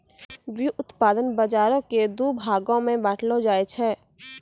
व्युत्पादन बजारो के दु भागो मे बांटलो जाय छै